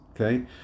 Okay